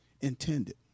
intended